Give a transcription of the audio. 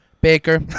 Baker